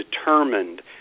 determined